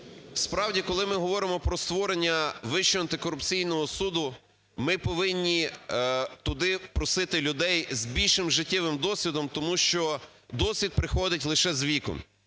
Справді, коли ми говоримо про створення Вищого антикорупційного суду, ми повинні туди просити людей з більшим життєвим досвідом, тому що досвід приходить лише з віком.